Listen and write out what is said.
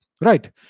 Right